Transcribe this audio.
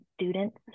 students